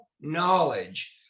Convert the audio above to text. knowledge